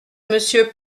monsieur